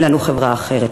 אין לנו חברה אחרת.